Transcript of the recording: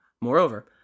Moreover